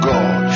God